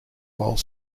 while